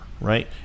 right